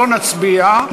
לא נצביע,